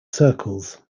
circles